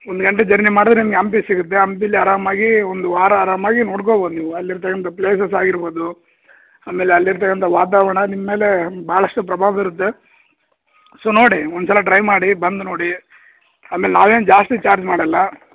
ಒಂದು ಗಂಟೆ ಜರ್ನಿ ಮಾಡಿದ್ರೆ ನಿಮ್ಗೆ ಹಂಪಿ ಸಿಗುತ್ತೆ ಹಂಪಿಲಿ ಆರಾಮಾಗಿ ಒಂದು ವಾರ ಆರಾಮಾಗಿ ನೋಡ್ಕೋಬೋದು ನೀವು ಅಲ್ಲಿರ್ತಕ್ಕಂಥ ಪ್ಲೇಸಸ್ ಆಗಿರ್ಬೋದು ಆಮೇಲೆ ಅಲ್ಲಿರ್ತಕ್ಕಂಥ ವಾತಾವರಣ ನಿಮ್ಮ ಮೇಲೆ ಭಾಳಷ್ಟು ಪ್ರಭಾವ ಬೀರುತ್ತೆ ಸೊ ನೋಡಿ ಒಂದ್ಸಲ ಟ್ರೈ ಮಾಡಿ ಬಂದು ನೋಡಿ ಆಮೇಲೆ ನಾವೇನು ಜಾಸ್ತಿ ಚಾರ್ಜ್ ಮಾಡೋಲ್ಲ